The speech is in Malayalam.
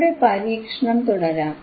നമ്മുടെ പരീക്ഷണം തുടരാം